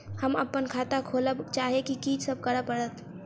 हम अप्पन खाता खोलब चाहै छी की सब करऽ पड़त?